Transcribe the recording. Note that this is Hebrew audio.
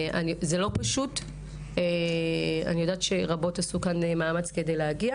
זה לא פשוט ואני יודעת שרבות עשו מאמץ כדי להגיע.